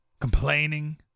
complaining